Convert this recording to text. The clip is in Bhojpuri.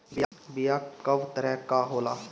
बीया कव तरह क होला?